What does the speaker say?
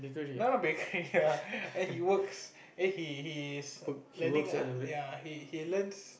no not bakery lah he works eh he he is learning uh ya he learns